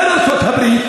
כולל ארצות-הברית,